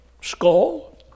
skull